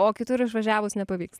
o kitur išvažiavus nepavyks